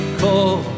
call